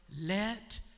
let